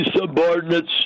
subordinates